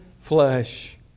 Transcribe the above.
flesh